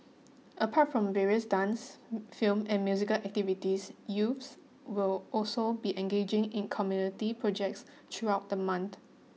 apart from various dance film and musical activities youths will also be engaging in community projects throughout the month